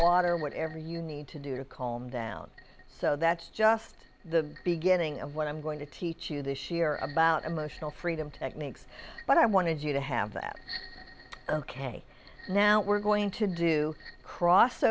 water or whatever you need to do to calm down so that's just the beginning of what i'm going to teach you this year about emotional freedom techniques but i wanted you to have that ok now we're going to do